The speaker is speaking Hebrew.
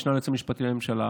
המשנה ליועץ המשפטי לממשלה,